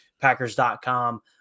Packers.com